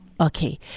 okay